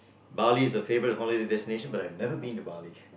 Bali is the favorite holiday destination but I've never been to Bali